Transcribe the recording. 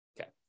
Okay